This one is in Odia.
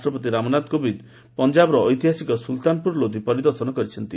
ରାଷ୍ଟ୍ରପତି ରାମନାଥ କୋବିନ୍ଦ ପଞ୍ଜାବର ଐତିହାସିକ ସୁଲତାନପୁର ଲୋଧି ପରିଦର୍ଶନ କରିଛନ୍ତି